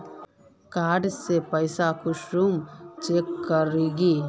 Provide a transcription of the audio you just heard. Card से पैसा कुंसम चेक करोगी?